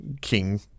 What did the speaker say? King